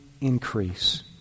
increase